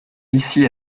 ici